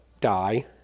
die